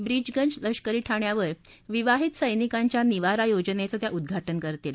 ब्रीचगंज लष्करी ठाण्यावर विवाहित सैनिकांच्या निवारा योजनेचं त्या उद्घाटन करतील